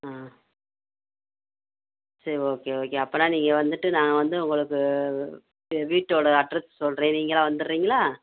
ஆ சரி okay okay அப்படினா நீங்கள் வந்துட்டு நாங்கள் வந்து உங்களுக்கு வீட்டோட அட்ரஸ் சொல்கிறேன் நீங்களா வந்துடுறீங்களா